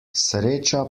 sreča